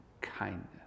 kindness